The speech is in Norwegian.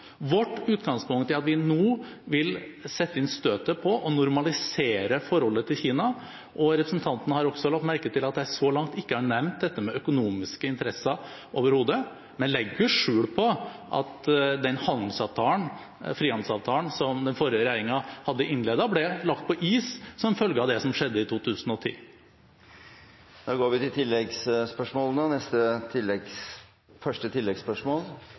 Vårt utgangspunkt er at vi nå vil sette inn støtet på å normalisere forholdet til Kina. Og representanten har også lagt merke til at jeg så langt ikke har nevnt dette med økonomiske interesser overhodet. Jeg legger ikke skjul på at den frihandelsavtalen som den forrige regjeringen hadde innledet, ble lagt på is som en følge av det som skjedde i 2010. Bård Vegar Solhjell – til